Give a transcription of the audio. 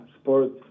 sports